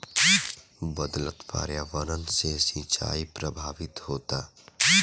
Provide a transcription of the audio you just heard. बदलत पर्यावरण से सिंचाई प्रभावित होता